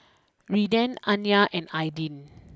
Redden Anya and Aydin